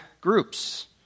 groups